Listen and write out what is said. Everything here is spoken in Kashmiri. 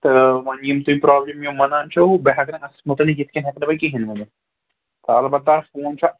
تہٕ وۄنۍ یِم تُہۍ پرٛابلِم مےٚ وَنان چھِوٕ بہٕ ہٮ۪کہٕ نہٕ اَتھ مُتعلِق یِتھ کَنۍ ہٮ۪کہٕ نہٕ بہٕ کِہیٖنۍ ؤنِتھ تہٕ البتہ فون چھا